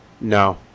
No